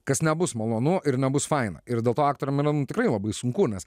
kas nebus malonu ir nebus faina ir dėl to aktoriam yra tikrai labai sunku nes